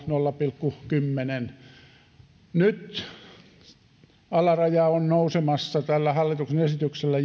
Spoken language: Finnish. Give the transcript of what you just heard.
nolla pilkku kymmenen nyt alaraja on nousemassa tällä hallituksen esityksellä